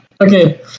Okay